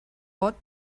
pot